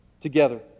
together